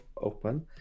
open